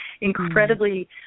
incredibly